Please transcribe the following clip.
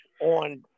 on